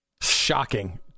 Shocking